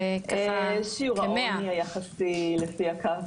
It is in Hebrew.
שיעור העוני היחסי, לפי קו